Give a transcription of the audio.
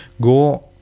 Go